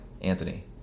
Anthony